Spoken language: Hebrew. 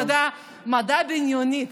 אתה יודע, מדע בדיוני.